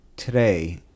Today